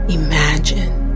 imagine